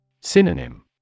Synonym